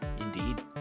Indeed